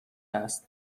است